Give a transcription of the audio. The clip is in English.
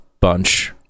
bunch